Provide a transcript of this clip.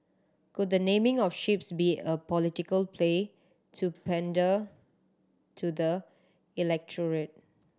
could the naming of ships be a political play to pander to the